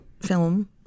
film